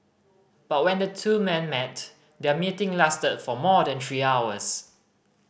but when the two men met their meeting lasted for more than three hours